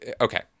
Okay